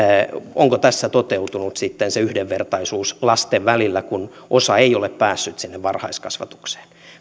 onko tässä toteutunut sitten se yhdenvertaisuus lasten välillä kun osa ei ole päässyt sinne varhaiskasvatukseen